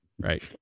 right